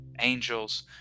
angels